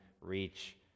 reach